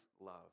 love